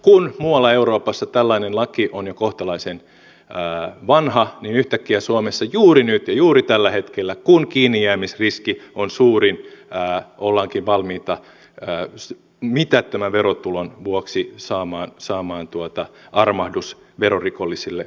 kun muualla euroopassa tällainen laki on jo kohtalaisen vanha niin yhtäkkiä suomessa juuri nyt ja juuri tällä hetkellä kun kiinnijäämisriski on suurin ollaankin valmiita mitättömän verotulon vuoksi saamaan armahdus verorikollisille voimaan